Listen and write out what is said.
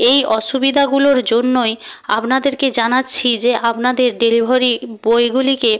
এই অসুবিধাগুলোর জন্যই আপনাদেরকে জানাচ্ছি যে আপনাদের ডেলিভারি বয়গুলিকে